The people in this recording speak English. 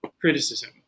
criticism